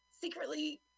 secretly